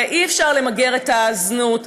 הרי אי-אפשר למגר את הזנות.